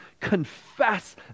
confess